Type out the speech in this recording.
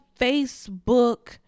Facebook